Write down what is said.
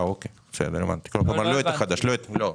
הבנתי, בסדר.